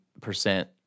percent